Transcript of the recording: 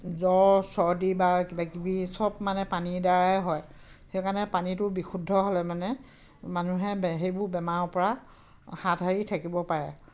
জ্বৰ চৰ্দি বা কিবাকিবি চব মানে পানীৰদ্বাৰাই হয় সেইকাৰণে পানীটো বিশুদ্ধ হ'লে মানে মানুহে সেইবোৰ বেমাৰৰপৰা হাত সাৰি থাকিব পাৰে